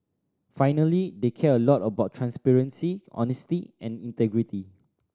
finally they care a lot about transparency honesty and integrity